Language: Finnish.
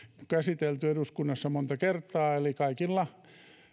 käsitelty monta kertaa eli kaikilla